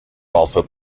also